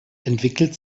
entwickelt